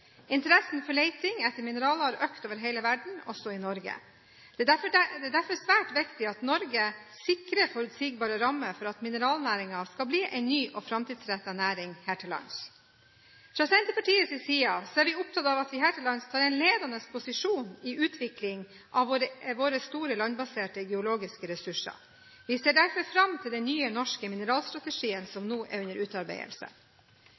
Interessen for leting etter mineraler har økt over hele verden, også i Norge. Det er derfor svært viktig at Norge sikrer forutsigbare rammer for at mineralnæringen skal bli en ny og framtidsrettet næring her til lands. Fra Senterpartiets side er vi opptatt av at vi her til lands tar en ledende posisjon i utviklingen av våre store, landbaserte geologiske ressurser. Vi ser derfor fram til den nye norske mineralstrategien som nå er under utarbeidelse.